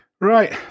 right